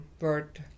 word